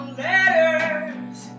letters